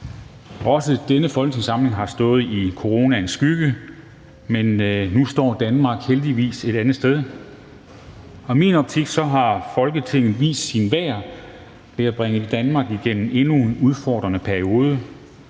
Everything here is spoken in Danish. Også denne folketingssamling har stået i coronaens skygge, men nu står Danmark heldigvis et andet sted. Og i min optik har Folketinget vist sit værd ved at bringe Danmark igennem endnu en udfordrende periode.